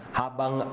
habang